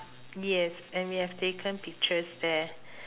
yes and we have taken pictures there